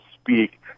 speak